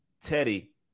Teddy